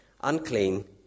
unclean